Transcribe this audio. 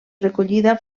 recollida